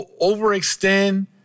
overextend